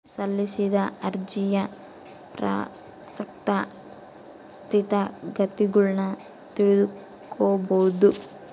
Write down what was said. ಸಲ್ಲಿಸಿದ ಅರ್ಜಿಯ ಪ್ರಸಕ್ತ ಸ್ಥಿತಗತಿಗುಳ್ನ ತಿಳಿದುಕೊಂಬದು